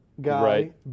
guy